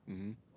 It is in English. mmhmm